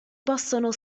possono